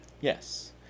Yes